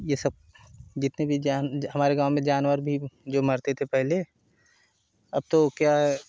ये सब जितने भी जान हमारे गाँव में जानवर भी जो मरते थे पहले अब तो क्या है